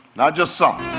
not just some.